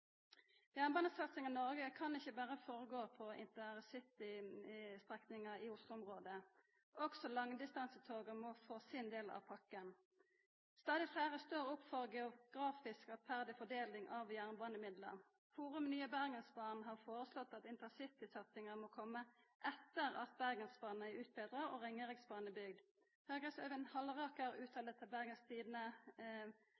Jernbanesatsinga i Noreg kan ikkje berre gå føre seg på intercitystrekningar i Oslo-området, også langdistansetoga må få sin del av pakken. Stadig fleire står opp for geografisk rettferdig fordeling av jernbanemidlane. Forum Nye Bergensbanen har foreslått at intercitysatsinga må komma etter at Bergensbanen er utbetra og Ringeriksbanen er bygd. Høgres Øyvind Halleraker